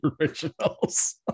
originals